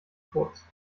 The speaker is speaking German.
kurz